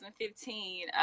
2015